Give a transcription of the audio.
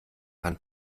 hand